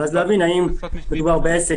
אבל עכשיו כשכבר אין, פותחים